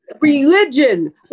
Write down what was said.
religion